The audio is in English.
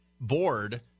board